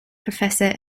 professor